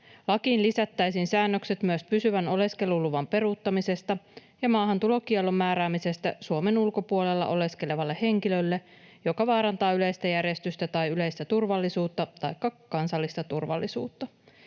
Lakiin lisättäisiin säännökset myös pysyvän oleskeluluvan peruuttamisesta ja maahantulokiellon määräämisestä Suomen ulkopuolella oleskelevalle henkilölle, joka vaarantaa yleistä järjestystä tai yleistä turvallisuutta taikka kansallista turvallisuutta.